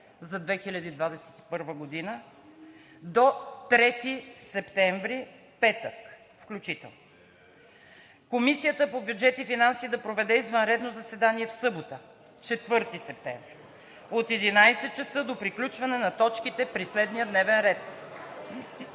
46-102-01-4, до 3 септември 2021 г., петък, включително. 2. Комисията по бюджет и финанси да проведе извънредно заседание в събота, 4 септември 2021 г., от 11,00 ч. до приключване на точките при следния дневен ред: